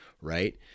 right